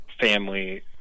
family